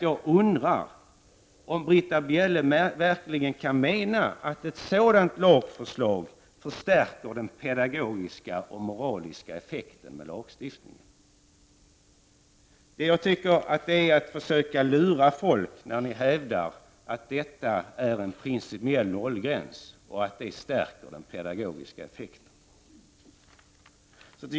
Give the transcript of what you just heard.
Jag undrar om Britta Bjelle verkligen menar att ett sådant lagförslag skulle förstärka den pedagogiska och moraliska effekten av lagstiftningen. Att hävda att det är fråga om en principiell nollgräns och att den pedagogiska effekten därmed förstärks tycker jag är att försöka lura människor.